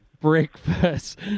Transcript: breakfast